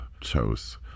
chose